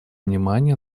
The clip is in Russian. внимания